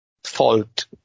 fault